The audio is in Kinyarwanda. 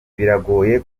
biragoye